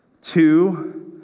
Two